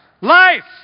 Life